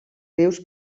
rius